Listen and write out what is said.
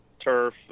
Turf